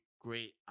great